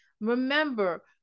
Remember